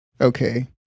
Okay